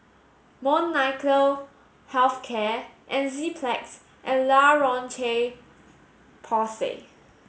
Molnylcke health care Enzyplex and La Roche Porsay